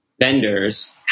vendors